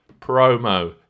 promo